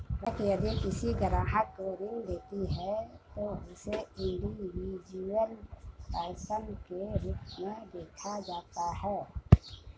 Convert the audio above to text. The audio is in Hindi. बैंक यदि किसी ग्राहक को ऋण देती है तो उसे इंडिविजुअल पर्सन के रूप में देखा जाता है